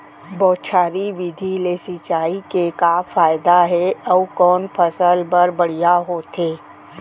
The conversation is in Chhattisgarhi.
बौछारी विधि ले सिंचाई के का फायदा हे अऊ कोन फसल बर बढ़िया होथे?